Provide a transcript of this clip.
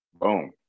boom